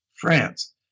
France